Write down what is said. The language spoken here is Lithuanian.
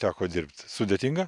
teko dirbt sudėtinga